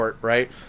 right